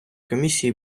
комісії